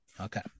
Okay